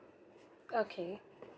okay